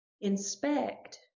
inspect